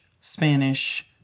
Spanish